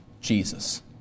Jesus